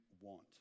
want